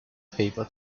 paper